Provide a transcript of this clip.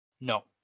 No